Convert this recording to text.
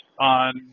on